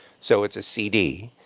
so it's a cd,